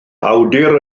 awdur